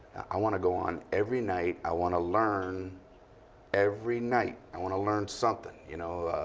i want to go on every night. i want to learn every night. i want to learn something, you know.